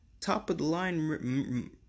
top-of-the-line